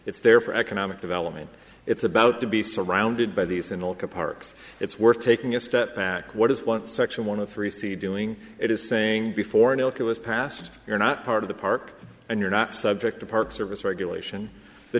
it's there for economic development it's about to be surrounded by these and old car parks it's worth taking a step back what is one section one of three c doing it is saying before an elk has passed you're not part of the park and you're not subject to park service regulation the